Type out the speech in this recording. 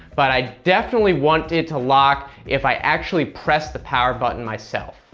but, i definitely want it to lock if i actually press the power button myself.